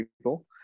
people